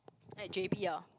at J_B ah